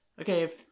Okay